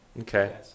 Okay